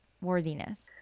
worthiness